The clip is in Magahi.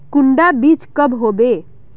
कुंडा बीज कब होबे?